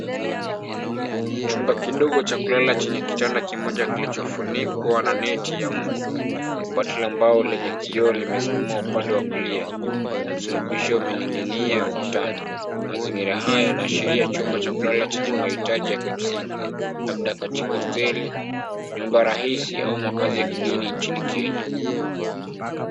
Chumba kidogo cha kulala chenye kitanda kilichofunikwa na neti ya mbu. Kabati la mbao lenye kioo limesimama upande wa kulia, na msulubisho umening'inia ukutani. Mazingira haya yanaashiria chumba cha kulala chenye mahitaji ya kimsingi. Labda katika hosteli nyumba rahisi au makazi ya kidini nchini Kenya.